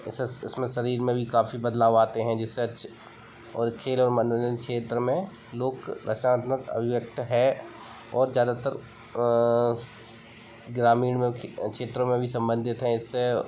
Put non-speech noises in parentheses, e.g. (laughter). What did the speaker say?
इससे इसमें शरीर में भी काफ़ी बदलाव आते हैं जिससे और खेल और मनोरंजन क्षेत्र में लोक (unintelligible) अभिव्यक्त है और ज्यादतर ग्रामीण (unintelligible) क्षेत्रों में भी संबंधित हैं इससे